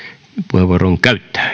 puheenvuoron käyttää